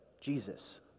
Jesus